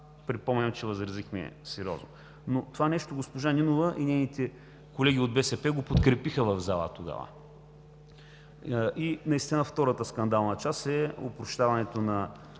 припомняме, че възразихме сериозно. Но това нещо госпожа Нинова и нейните колеги от БСП го подкрепиха в залата тогава. И, наистина, втората скандална част е опрощаването на